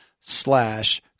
slash